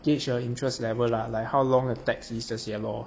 gauge her interest level lah like how long her text is 这些 lor